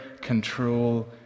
control